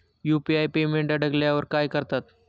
UPI payment अडकल्यावर काय करतात?